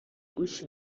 گوش